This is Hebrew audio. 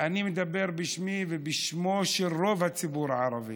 אני מדבר בשמי ובשמו של רוב הציבור הערבי,